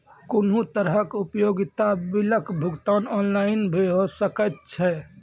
कुनू तरहक उपयोगिता बिलक भुगतान ऑनलाइन भऽ सकैत छै?